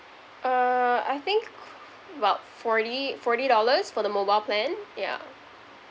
uh I think about forty forty dollars for the mobile plan yeah